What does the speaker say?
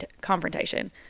confrontation